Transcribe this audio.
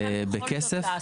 מה אפשר בכל זאת לעשות?